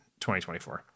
2024